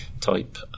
type